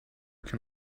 can